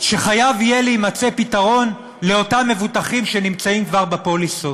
שחייב להימצא פתרון למבוטחים שנמצאים כבר בפוליסות.